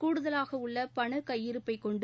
கூடுதலாக உள்ள பண கையிருப்பைக் கொண்டு